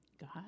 God